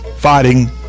...fighting